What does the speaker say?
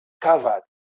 covered